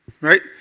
Right